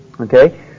Okay